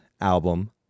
album